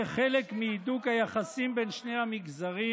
כחלק מהידוק היחסים בין שני המגזרים,